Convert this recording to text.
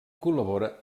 col·labora